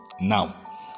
now